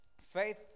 Faith